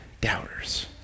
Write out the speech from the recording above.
doubters